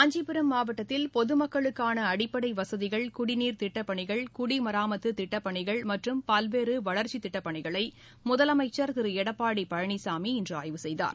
காஞ்சிபுரம் மாவட்டத்தில் பொதுமக்களுக்கான அடிப்படை வசதிகள் குடிநீர் திட்டப்பணிகள் குடி மராமத்து திட்டப்பணிகள் மற்றும் பல்வேறு வளர்ச்சித் திட்டப் பணிகளை முதலமைச்சர் திரு எடப்பாடி பழனிசாமி இன்று ஆய்வு செய்தார்